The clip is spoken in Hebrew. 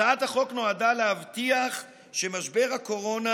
הצעת החוק נועדה להבטיח שמשבר הקורונה